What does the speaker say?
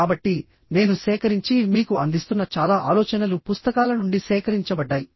కాబట్టి నేను సేకరించి మీకు అందిస్తున్న చాలా ఆలోచనలు పుస్తకాల నుండి సేకరించబడ్డాయి